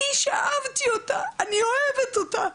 שאהבתי אותה, אני אוהבת אותה,